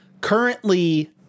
currently